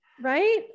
right